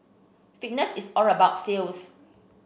fitness is all about sales